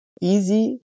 easy